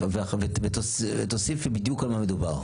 אני מצטערת.